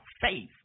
faith